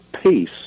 peace